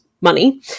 money